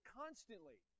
constantly